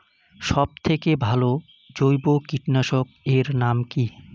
সব থেকে ভালো জৈব কীটনাশক এর নাম কি?